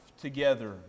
together